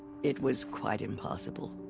it was quite impossible.